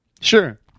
sure